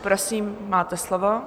Prosím, máte slovo.